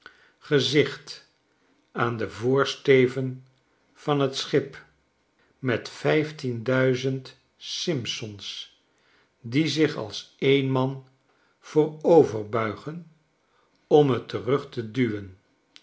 gezicht aan den voorsteven van t schip met vijftien duizend simsons die zich als een man vooroverbuigen om t terug te duwen